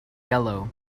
yellow